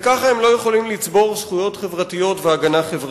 וככה הם לא יכולים לצבור זכויות חברתיות והגנה חברתית.